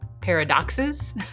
paradoxes